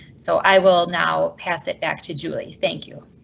so i will now pass it back to julie, thank you.